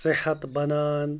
صحت بَنان